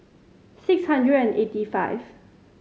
six hundred and eighty five